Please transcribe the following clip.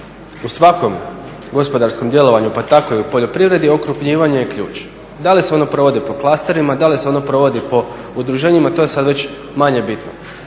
u svakom gospodarskom djelovanju, pa tako i u poljoprivredi okrupnjivanje je ključ. Da li se ona provode po klasterima, da li se ono provodi po udruženjima to je sad već manje bitno.